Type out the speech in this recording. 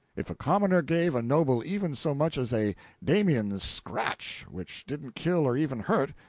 if a commoner gave a noble even so much as a damiens-scratch which didn't kill or even hurt,